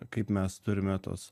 kaip mes turime tuos